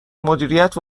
مدیریت